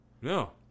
No